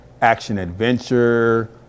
action-adventure